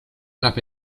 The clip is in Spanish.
las